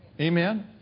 Amen